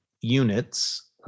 units